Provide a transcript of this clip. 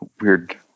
weird